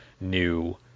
new